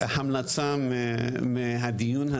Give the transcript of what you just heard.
עם המלצה מהדיון הזה.